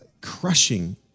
crushing